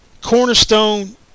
cornerstone